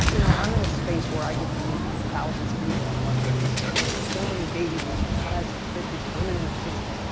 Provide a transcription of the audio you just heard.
you know, i'm in a space where i get to meet thousands of people on a monthly basis. i meet so many baby boomers or guys in their fifty s or women in their sixty s,